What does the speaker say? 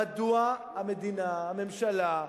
מדוע המדינה, הממשלה,